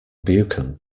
buchan